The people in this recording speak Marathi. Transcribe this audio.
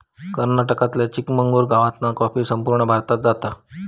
कर्नाटकातल्या चिकमंगलूर गावातना कॉफी संपूर्ण भारतात जाता